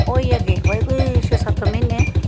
होई गै गे कोई भाई छै सत्त म्हीने